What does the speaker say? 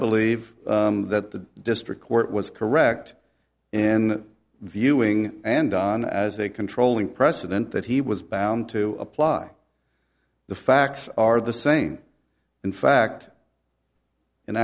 believe that the district court was correct in viewing and on as a controlling precedent that he was bound to apply the facts are the same in fact in